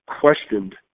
questioned